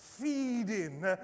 feeding